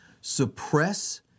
suppress